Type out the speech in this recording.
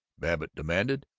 babbitt demanded.